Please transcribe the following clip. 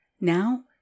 Now